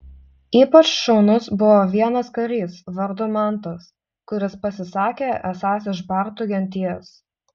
ypač šaunus buvo vienas karys vardu mantas kuris pasisakė esąs iš bartų genties